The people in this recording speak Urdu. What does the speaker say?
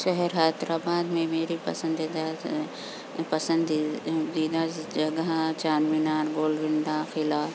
شہر حیدرآباد میں میری پسندیدہ پسندی دیدہ جگہ چار مینار گولکنڈہ قلعہ